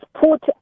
put